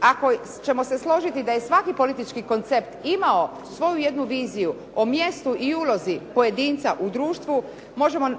Ako ćemo se složiti da je svaki politički koncept imao svoju jednu viziju o mjestu i ulozi pojedinca u društvu možemo